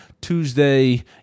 Tuesday